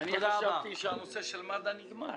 חשבתי שהנושא של מד"א נגמר.